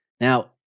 Now